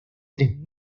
tres